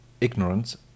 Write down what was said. ignorance